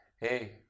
hey